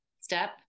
step